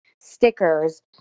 stickers